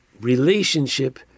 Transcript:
relationship